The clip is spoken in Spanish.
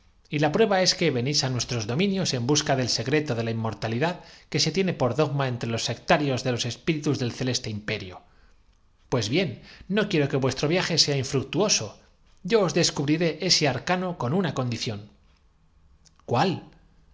y la prueba es que venís á nues tros dominios en busca del secreto de la inmortalidad que se tiene por dogma entre los sectarios de los espí ritus del celeste imperio pues bien no quiero que vuestro viaje sea infructuoso yo os descubriré ese arcano con una condición cuál